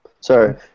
sorry